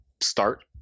start